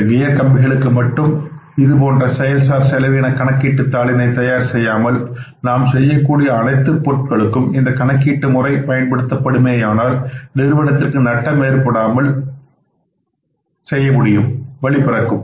இந்த கியர் கம்பிகளுக்கு மட்டும் இதுபோன்ற செயல் சார் செலவின கணக்கு தாளினை தயார் செய்யாமல் நாம் செய்யக்கூடிய அனைத்து பொருள்களுக்கும் இந்தக் கணக்கீட்டு முறை பயன்படுத்தப்படும்மேயானால் நிறுவனத்திற்கு நட்டம் ஏற்படாமல் வழிவகுக்கும்